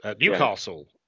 Newcastle